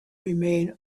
remain